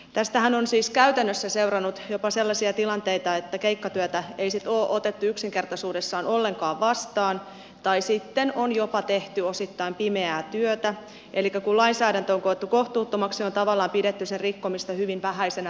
tästähän on siis käytännössä seurannut jopa sellaisia tilanteita että keikkatyötä ei sitten ole otettu yksinkertaisuudessaan ollenkaan vastaan tai sitten on jopa tehty osittain pimeää työtä elikkä kun lainsäädäntö on koettu kohtuuttomaksi on tavallaan pidetty sen rikkomista hyvin vähäisenä rikkomuksena itse